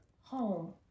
home